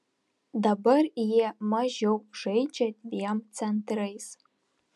dabar jie mažiau žaidžia dviem centrais